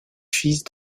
fils